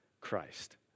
Christ